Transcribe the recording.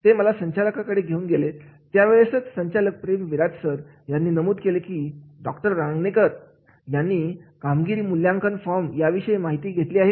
ते मला संचालकांकडे घेऊन गेले त्या वेळेस संचालक प्रेम विराट सर यांनी नमूद केले की डॉक्टर रांगणेकर यांना कामगिरी मूल्यांकन फॉर्म या विषयी माहिती आहे का